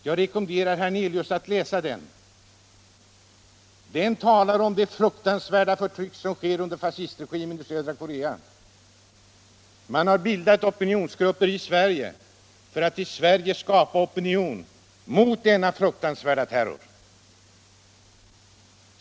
Jag rekommenderar herr Hernelius att läsa den. Den berättar om det fruktansvärda förtrycket under fascistregimen i Sydkorea. Opinionsgrupper har bildats i Sverige för att här skapa opinion mot denna fruktansvärda terror.